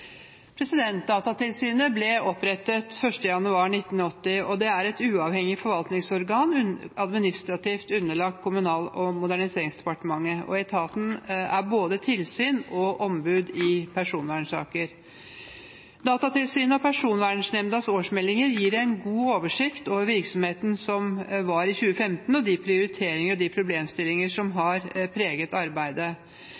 Datatilsynet ble opprettet 1. januar 1980 og er et uavhengig forvaltningsorgan, administrativt underlagt Kommunal- og moderniseringsdepartementet. Etaten er både tilsyn og ombud i personvernsaker. Datatilsynets og Personvernnemndas årsmeldinger gir en god oversikt over virksomheten som var i 2015, og over de prioriteringer og problemstillinger som